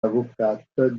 avocate